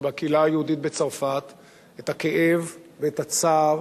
והקהילה היהודית בצרפת את הכאב ואת הצער